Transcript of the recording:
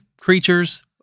creatures